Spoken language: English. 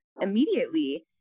immediately